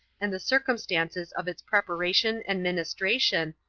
and the circumstances of its preparation and ministration,